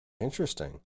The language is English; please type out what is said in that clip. Interesting